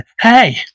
hey